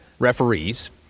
Referees